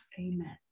amen